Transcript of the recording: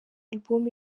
album